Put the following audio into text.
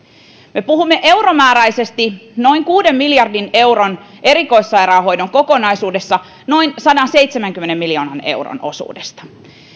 me puhumme euromääräisesti noin kuuden miljardin euron erikoissairaanhoidon kokonaisuudessa noin sadanseitsemänkymmenen miljoonan euron osuudesta